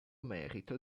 merito